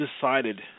decided